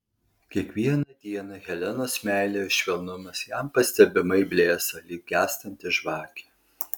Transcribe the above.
kiekvieną dieną helenos meilė ir švelnumas jam pastebimai blėso lyg gęstanti žvakė